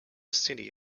city